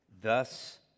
Thus